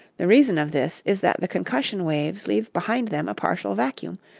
the reason of this is that the concussion waves leave behind them a partial vacuum,